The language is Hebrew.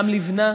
וגם לבנה,